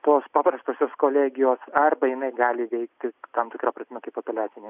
tos paprastosios kolegijos arba jinai gali veikti tam tikra prasme kaip apeliacinė